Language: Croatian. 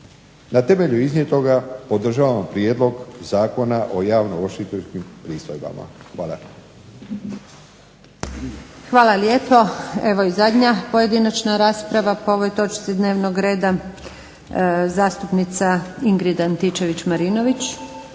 Na temelju iznijetoga podržavam Prijedlog zakona o javno ovršiteljskim pristojbama. Hvala. **Antunović, Željka (SDP)** Hvala lijepo. Evo i zadnja pojedinačna rasprava po ovoj točci dnevnog reda zastupnica Ingrid Antičević-Marinović.